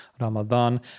Ramadan